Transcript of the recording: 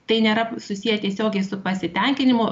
tai nėra susiję tiesiogiai su pasitenkinimu